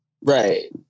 Right